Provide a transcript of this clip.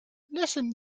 listen